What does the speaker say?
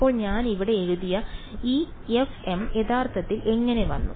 അപ്പോൾ ഞാൻ ഇവിടെ എഴുതിയ ഈ fm യഥാർത്ഥത്തിൽ എങ്ങനെ വന്നു